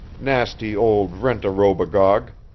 nasty old rent-a-robogogue!